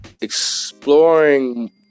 Exploring